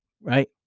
right